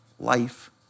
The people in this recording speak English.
Life